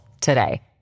today